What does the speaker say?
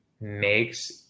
makes